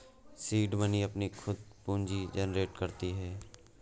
seed money अपनी खुद पूंजी जनरेट करती है